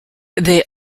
they